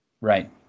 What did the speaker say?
Right